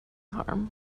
harm